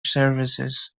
services